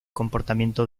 comportamiento